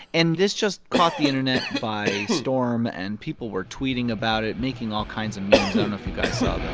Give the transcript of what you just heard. and this just caught the internet by storm. and people were tweeting about it, making all kinds of memes. i don't know if you guys saw this